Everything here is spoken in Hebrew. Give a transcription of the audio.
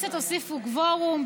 בכנסת הוסיפו קוורום,